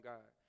God